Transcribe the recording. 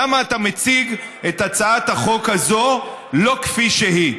למה אתה מציג את הצעת החוק הזאת לא כפי שהיא?